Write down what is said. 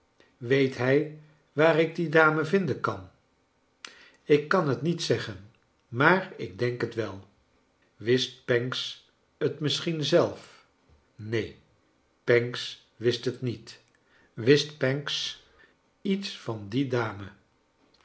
weet hij waar ik die dame vinden kan ik kan het niet zeggen maar ik denk het wel wist pancks het misschien zelf'f keen pancks wist het niet wist pancks iets van die dame